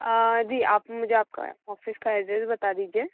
आप मुझे आपका ऑफिस का एड्रेस बता दीजिए